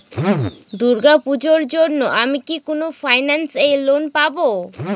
দূর্গা পূজোর জন্য আমি কি কোন ফাইন্যান্স এ লোন পাবো?